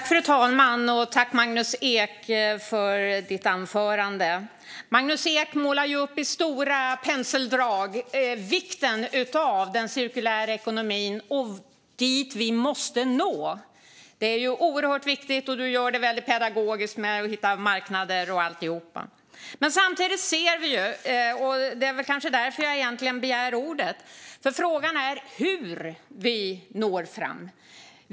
Fru talman! Tack, Magnus Ek, för ditt anförande! Magnus Ek målar med stora penseldrag upp vikten av den cirkulära ekonomin, dit vi måste nå. Detta är oerhört viktigt, och du gör det väldigt pedagogiskt när det handlar om att hitta marknader och alltihop. Frågan är dock - och det är kanske egentligen därför jag begär ordet - hur vi når fram.